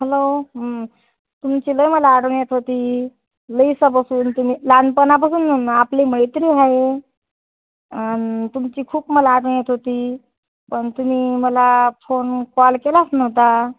hello तुमची लय मला आठवण येत होती लई इसापसून तुम्ही लहानपणापसून म्हणलं आपली मैत्री आहे आणि तुमची खूप मला आठवण येत होती पण तुम्ही मला फोन कॉल केलाच नव्हता